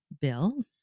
Bill